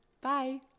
Bye